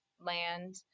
land